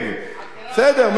בסדר, מאה אחוז.